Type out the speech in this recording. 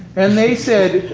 and they said,